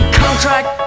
contract